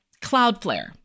Cloudflare